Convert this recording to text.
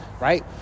right